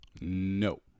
No